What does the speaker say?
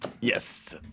yes